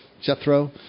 Jethro